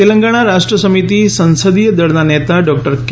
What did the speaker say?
તૈલંગણા રાષ્ટ્ર સમિતિ સંસદીય દળના નેતા ડોકટર કે